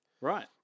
Right